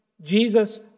Jesus